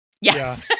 yes